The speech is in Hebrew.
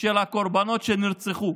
של הקורבנות שנרצחו,